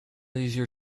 easier